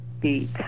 beat